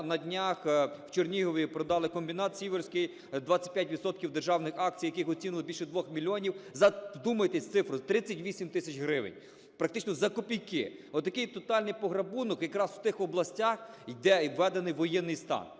на днях, в Чернігові продали комбінат "Сіверський", 25 відсотків державних акцій яких оцінили в більше 2 мільйонів, за (вдумайтесь в цифру!) 38 тисяч гривень, практично за копійки. Отакий тотальний пограбунок якраз в тих областях, де й введений воєнний стан.